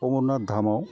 Amarnath धामआव